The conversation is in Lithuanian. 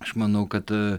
aš manau kad